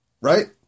right